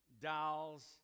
dolls